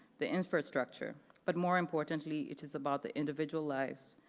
the infrastructure, but more importantly, it is about the individual lives,